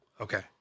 Okay